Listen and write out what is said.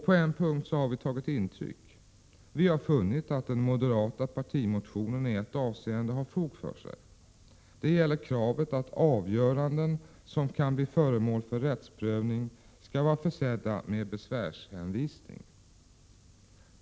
På en punkt har vi tagit intryck. Vi har funnit att den moderata partimotionen i ett avseende har fog för sig. Det gäller kravet att avgöranden som kan bli föremål för rättsprövning skall vara försedda med besvärshänvisning.